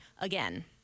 again